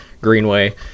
Greenway